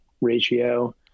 ratio